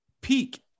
peak